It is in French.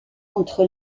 entre